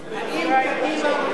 האם קדימה רוצה מלחמה?